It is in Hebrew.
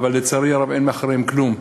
אבל לצערי הרב אין מאחוריהן כלום.